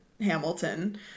Hamilton